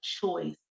choice